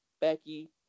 Becky